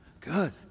good